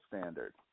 standard